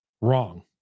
wrong